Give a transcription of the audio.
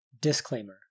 Disclaimer